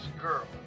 girl